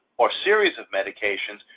or series of medications,